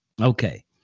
Okay